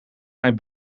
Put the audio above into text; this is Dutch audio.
mijn